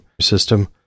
system